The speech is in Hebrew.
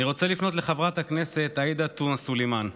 אני רוצה לפנות לחברת הכנסת עאידה תומא סלימאן,